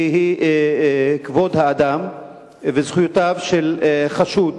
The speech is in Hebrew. והיא כבוד האדם וזכויתיו של חשוד